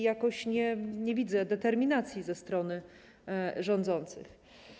Jakoś nie widzę determinacji ze strony rządzących.